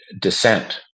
dissent